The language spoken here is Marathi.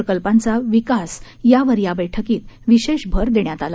प्रकल्पांचा विकास यावर या बळकीत विशेष भर देण्यात आला